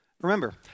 remember